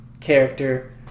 character